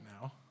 now